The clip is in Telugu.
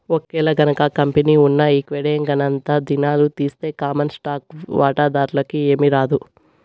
ఒకేలగనక కంపెనీ ఉన్న విక్వడేంగనంతా దినాలు తీస్తె కామన్ స్టాకు వాటాదార్లకి ఏమీరాదు